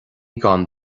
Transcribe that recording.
gan